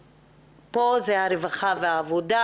פה זו ועדת רווחה ועבודה,